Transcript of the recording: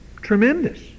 tremendous